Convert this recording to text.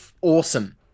awesome